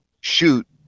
shoot